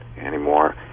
anymore